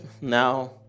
now